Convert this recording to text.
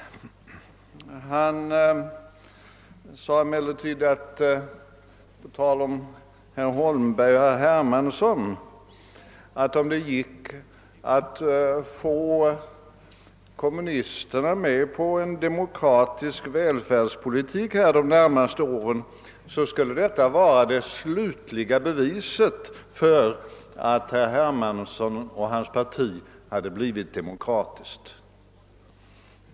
Han sade emellertid på tal om herr Hermansson att om det gick att få kommunisterna med på en demokratisk välfärdspolitik de närmaste åren, skulle detta vara det slutliga beviset för att herr Hermanssons parti hade blivit demokratiskt.